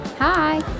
Hi